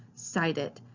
cite it.